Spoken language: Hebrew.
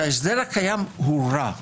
שההסדר הקיים הוא רע.